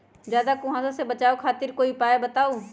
ज्यादा कुहासा से बचाव खातिर कोई उपाय बताऊ?